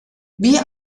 wir